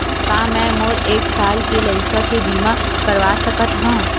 का मै मोर एक साल के लइका के बीमा करवा सकत हव?